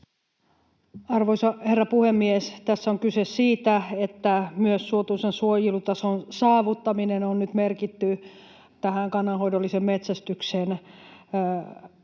Arvoisa herra puhemies! Tässä on kyse siitä, että myös suotuisan suojelutason saavuttaminen on nyt merkitty näihin kannanhoidollisen metsästyksen